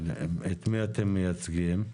את מי אתם מייצגים?